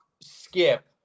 skip